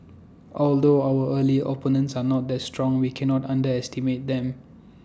although our early opponents are not that strong we cannot underestimate them